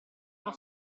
uno